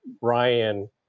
Ryan